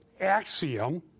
axiom